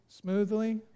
smoothly